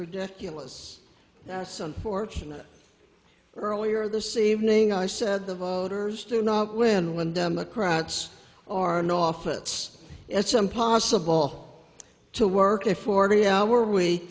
ridiculous that's unfortunate earlier this evening i said the voters do not win when democrats are in office it's impossible to work a forty hour week